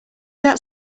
that